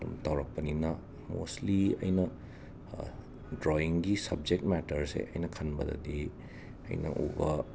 ꯑꯗꯨꯝ ꯇꯧꯔꯛꯄꯅꯤꯅ ꯃꯣꯁꯂꯤ ꯑꯩꯅ ꯗ꯭ꯔꯣꯌꯤꯡꯒꯤ ꯁꯞꯖꯦꯛ ꯃꯦꯇꯔꯁꯦ ꯑꯩꯅ ꯈꯟꯕꯗꯗꯤ ꯑꯩꯅ ꯎꯕ